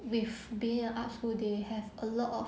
with being art school they have a lot of